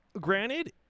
granted